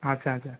আচ্ছা আচ্ছা